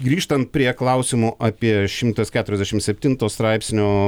grįžtant prie klausimo apie šimtas keturiasdešim septinto straipsnio